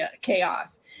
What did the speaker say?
chaos